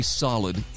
solid